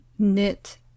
knit